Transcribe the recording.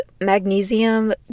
magnesium